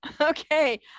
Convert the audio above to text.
Okay